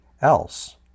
else